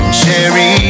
cherry